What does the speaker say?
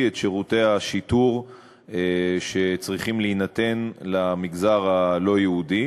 את שירותי השיטור שצריכים להינתן למגזר הלא-יהודי,